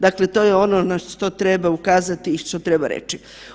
Dakle, to je ono na što treba ukazati i što treba reći.